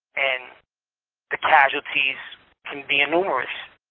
and the casualties can be and numerous.